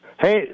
Hey